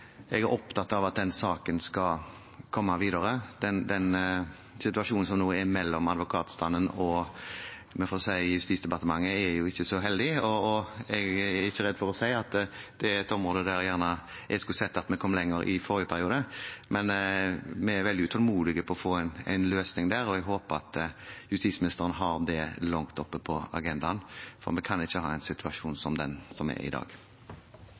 Jeg er opptatt av at den saken skal komme videre. Den situasjonen som nå er mellom advokatstanden og – vi får si – Justisdepartementet, er ikke så heldig, og jeg er ikke redd for å si at det er et område der jeg gjerne skulle sett at vi kom lenger i forrige periode. Vi er veldig utålmodige etter å få en løsning, og jeg håper justisministeren har det langt oppe på agendaen. Vi kan ikke ha en situasjon som den som er i dag.